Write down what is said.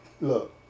Look